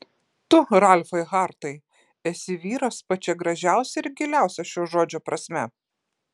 tu ralfai hartai esi vyras pačia gražiausia ir giliausia šio žodžio prasme